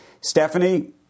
Stephanie